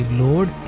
load